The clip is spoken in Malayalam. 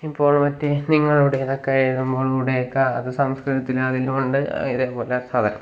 ഇപ്പോൾ മറ്റേ നിങ്ങളുടെ ഇതൊക്കെ എഴുതുമ്പോൾ ക്കാ അത് സംസ്കൃതത്തിൽ അതിലുമുണ്ട് ഇതേപോലെ സാധനം